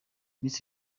miss